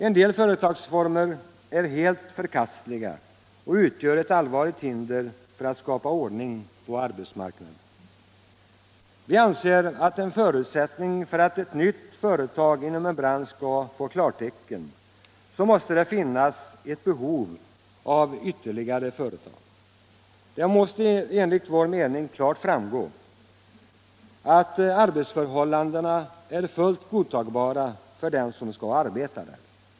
En del företagsformer är helt förkastliga och utgör ett allvarligt hinder för att skapa ordning på arbetsmarknaden. Vi anser att en förutsättning för att företag inom en bransch skall få klartecken måste vara att det finns ett behov av ytterligare företag. Det måste enligt vår mening klart framgå att arbetsförhållandena är fullt godtagbara för dem som skall arbeta där.